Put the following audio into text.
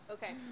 Okay